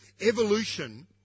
evolution